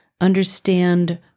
Understand